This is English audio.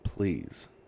Please